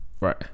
Right